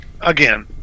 again